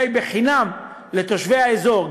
החניה היא חינם לתושבי האזור,